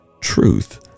truth